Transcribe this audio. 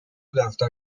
دفتر